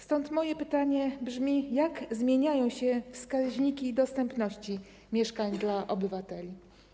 Stąd moje pytanie brzmi: Jak zmieniają się wskaźniki dostępności mieszkań dla obywateli?